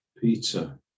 Peter